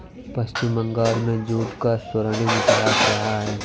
पश्चिम बंगाल में जूट का स्वर्णिम इतिहास रहा है